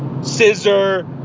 Scissor